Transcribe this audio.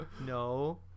No